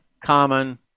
common